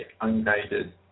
unguided